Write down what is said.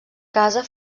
casa